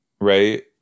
right